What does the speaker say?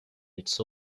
its